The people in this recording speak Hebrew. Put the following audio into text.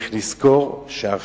צריך לזכור שעכשיו